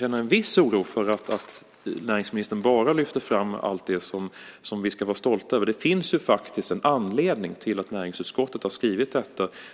ändå en viss oro för att näringsministern bara lyfter fram allt det som vi ska vara stolta över. Det finns faktiskt en anledning till att näringsutskottet har skrivit detta.